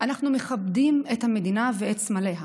אנחנו מכבדים את המדינה ואת סמליה,